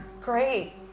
Great